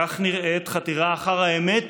כך נראית חתירה אחר האמת,